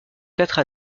quatre